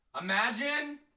imagine